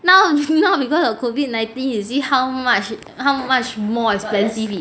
now because of COVID nineteen you see how much how much more expensive it is